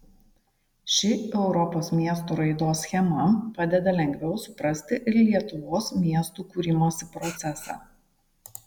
ši europos miestų raidos schema padeda lengviau suprasti ir lietuvos miestų kūrimosi procesą